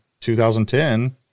2010